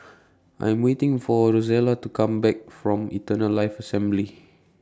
I Am waiting For Rosella to Come Back from Eternal Life Assembly